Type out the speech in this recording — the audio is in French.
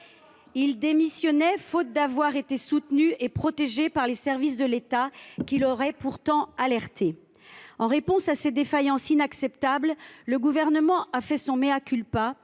Il a démissionné, faute d’avoir été soutenu et protégé par les services de l’État, qu’il aurait pourtant alertés. En réponse à ces défaillances inacceptables, le Gouvernement a fait son, et